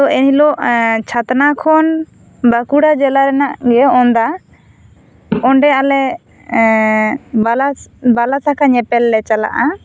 ᱦᱤᱞᱚᱜ ᱪᱷᱟᱛᱱᱟ ᱠᱷᱚᱱ ᱵᱟᱸᱠᱩᱲᱟ ᱡᱮᱞᱟ ᱨᱮᱱᱟᱜ ᱜᱮ ᱚᱱᱫᱟ ᱚᱸᱰᱮ ᱟᱞᱮ ᱵᱟᱞᱟ ᱵᱟᱞᱟ ᱥᱟᱠᱷᱟ ᱧᱮᱯᱮᱞ ᱞᱮ ᱪᱟᱞᱟᱜ ᱟ